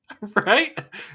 Right